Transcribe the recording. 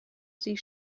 sie